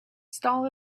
stall